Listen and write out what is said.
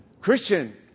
Christian